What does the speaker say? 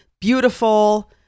beautiful